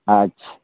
अच्छा